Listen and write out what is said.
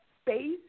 space